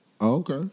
Okay